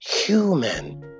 human